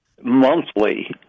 monthly